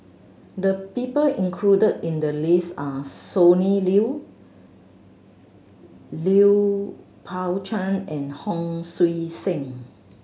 the people included in the list are Sonny Liew Lui Pao Chuen and Hon Sui Sen